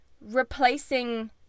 replacing